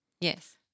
Yes